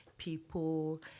people